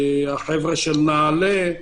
החבר'ה של נעלה,